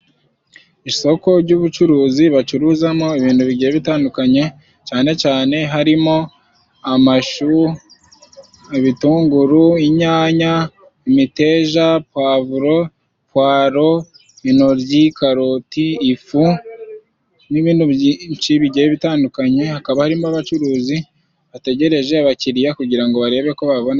Isoko ry'ubucuruzi bacuruzamo ibintu bigiye bitandukanye cyane cyane harimo amashu, ibitunguru, inyanya, imiteja, pavuro, puwaro, intoryi, karoti, ifu nibindi bitandukanye, hakaba arimo abacuruzi bategereje abakiriya kugira barebe ko babana.